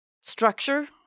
structure